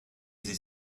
sich